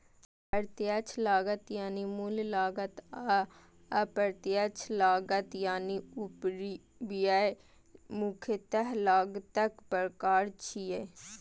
प्रत्यक्ष लागत यानी मूल लागत आ अप्रत्यक्ष लागत यानी उपरिव्यय मुख्यतः लागतक प्रकार छियै